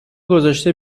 گذاشته